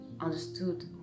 understood